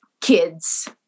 kids